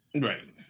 right